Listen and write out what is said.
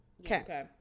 Okay